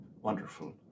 Wonderful